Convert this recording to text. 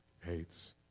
hates